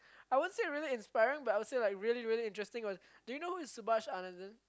I won't say really inspiring but I would say like really really interesting was do you know who is Subash-Anandan